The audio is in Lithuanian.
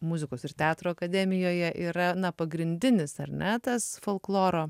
muzikos ir teatro akademijoje yra na pagrindinis ar ne tas folkloro